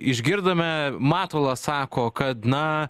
išgirdome matulas sako kad na